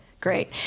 Great